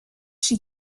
she